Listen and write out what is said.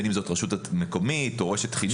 בין אם הרשות המקומית או רשת חינוך.